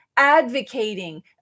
advocating